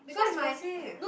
so expensive